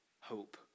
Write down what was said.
hope